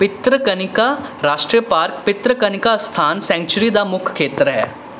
ਪਿੱਤਰਕਨਿਕਾ ਰਾਸ਼ਟਰੀ ਪਾਰਕ ਪਿੱਤਰਕਨਿਕਾ ਅਸਥਾਨ ਸੈਂਚੂਰੀ ਦਾ ਮੁੱਖ ਖੇਤਰ ਹੈ